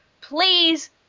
please